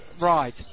right